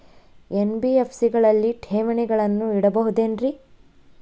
NBFC ಗಳಲ್ಲಿ ಠೇವಣಿಗಳನ್ನು ಇಡಬಹುದೇನ್ರಿ?